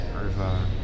over